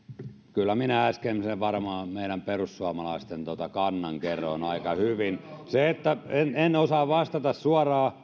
kyllä minä äsken varmaan sen meidän perussuomalaisten kannan kerroin aika hyvin en en osaa vastata suoraan